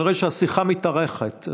אני רואה שהשיחה מתארכת,